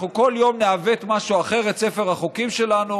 כל יום נעוות משהו אחר בספר החוקים שלנו